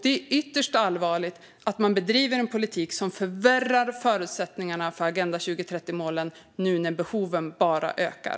Det är ytterst allvarligt att man bedriver en politik som förvärrar förutsättningarna för Agenda 2030-målen när behoven bara ökar.